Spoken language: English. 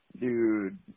Dude